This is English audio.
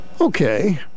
Okay